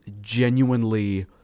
genuinely